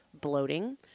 bloating